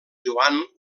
joan